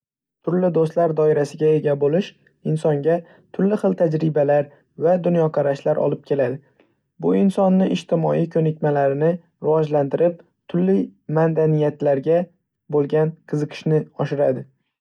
Turli do'stlar doirasiga ega bo'lish insonga turli xil tajribalar va dunyoqarashlar olib keladi. Bu insonning ijtimoiy ko‘nikmalarini rivojlantirib, turli madaniyatlarga bo‘lgan qiziqishni oshiradi.